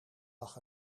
lag